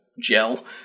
gel